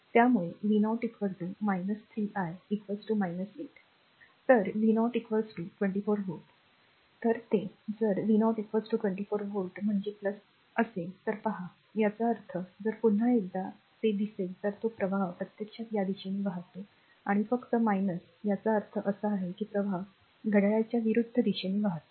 त्यामुळे v0 3 i 8 तर v0 r 24 volt तर ते जर v0 24 व्होल्ट म्हणजे असेल तर पहा याचा अर्थ जर पुन्हा एकदा ते दिसेल तर तो प्रवाह प्रत्यक्षात या दिशेने वाहतो आहे फक्त याचा अर्थ असा आहे की प्रवाह r घड्याळाच्या विरुद्ध दिशेने वाहतो